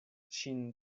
ŝin